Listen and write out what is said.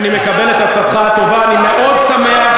אני מאוד שמח,